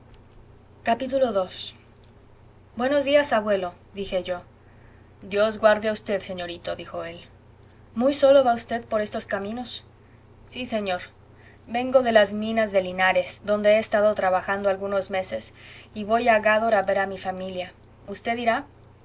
textuales ii buenos días abuelo dije yo dios guarde a v señorito dijo él muy solo va v por estos caminos sí señor vengo de las minas de linares donde he estado trabajando algunos meses y voy a gádor a ver a mi familia usted irá